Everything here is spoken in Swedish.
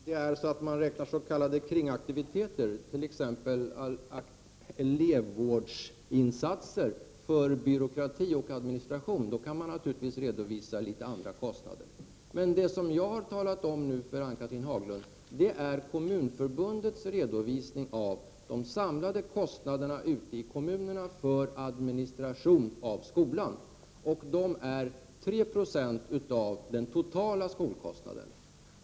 Fru talman! Om man räknar s.k. kringaktiviteter, t.ex. elevvårdsinsatser, som byråkrati och administration kan man naturligtvis redovisa helt andra kostnader. Men det som jag har återgivit för Ann-Cathrine Haglund är Kommunförbundets redovisning av de samlade kostnaderna ute i kommunerna för administration av skolan. De är 3 90 av den totala skolkostnaden.